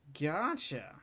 Gotcha